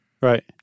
Right